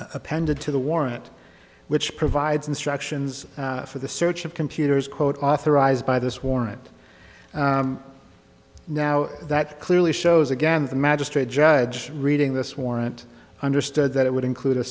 appended to the warrant which provides instructions for the search of computers quote authorized by this warrant now that clearly shows again the magistrate judge reading this warrant understood that it would include a